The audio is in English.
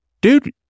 dude